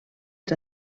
els